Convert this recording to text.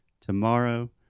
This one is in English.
tomorrow